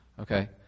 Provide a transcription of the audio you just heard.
okay